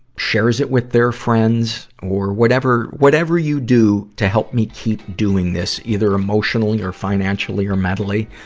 shares it with their friends or whatever, whatever you do to help me keep doing this, either emotionally or financially or mentally.